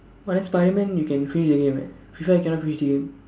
but then Spiderman you can freeze the game leh Fifa you cannot freeze the game